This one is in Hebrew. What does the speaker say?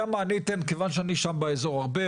וכיוון שאני שם באזור הרבה,